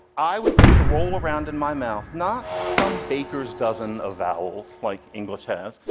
i would get to roll around in my mouth not some baker's dozen of vowels like english has,